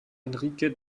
henrike